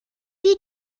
you